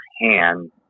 hand